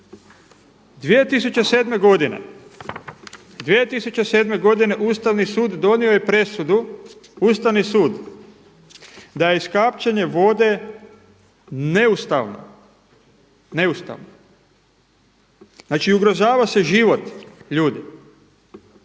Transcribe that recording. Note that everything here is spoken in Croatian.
2007. godine Ustavni sud donio je presudu, Ustavni sud da je iskapčanje vode neustavno. Znači, ugrožava se život ljudi.